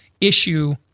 issue